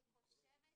אני חושבת